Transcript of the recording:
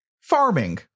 Farming